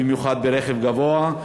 במיוחד ברכב גבוה,